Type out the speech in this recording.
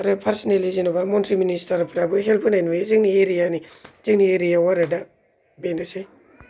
आरो फार्सेनेलि जेन'बा मन्थ्रि मिनिस्टार फ्राबो हेल्प होयो बे हेल्प होनाया जोंनि एरियानि जोंनि एरियाव आरो दा बेनोसै